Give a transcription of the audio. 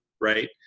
right